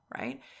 right